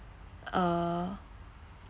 uh